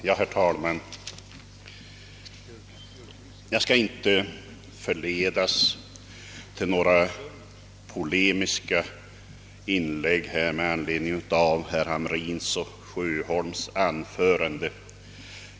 Herr talman! Jag skall inte förledas till några polemiska inlägg med anledning av herrar Hamrins och Sjöholms anföranden.